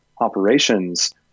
operations